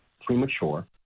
premature